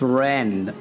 Friend